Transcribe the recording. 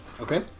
Okay